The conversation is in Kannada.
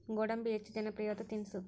ಗೋಡಂಬಿ ಹೆಚ್ಚ ಜನಪ್ರಿಯವಾದ ತಿನಿಸು